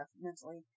mentally